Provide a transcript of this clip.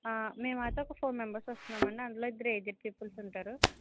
మేమైతే ఒక four members వస్తున్నామండి అందులో ఇద్దరు ఏజ్డ్ పీపుల్స్ ఉంటారు